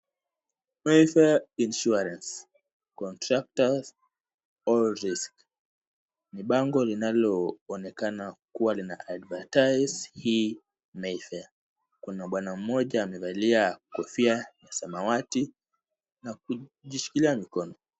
Mayfair Insurance Contractors All Risk. Ni bango linaloonekana kuwa lina [advertise hii Mayfair. Kuna bwana mmoja amevalia kofia ya samawati na kujishikilia mikono.